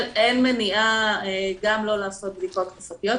אין מניעה גם לא לעשות בדיקות תקופתיות,